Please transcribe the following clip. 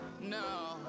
no